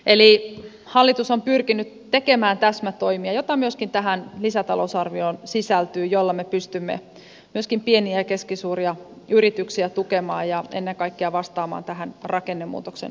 eli hallitus on pyrkinyt tekemään täsmätoimia joita myöskin tähän lisätalousarvioon sisältyy ja joilla me pystymme myöskin pieniä ja keskisuuria yrityksiä tukemaan ja ennen kaikkea vastaamaan tähän rakennemuutoksen haasteeseen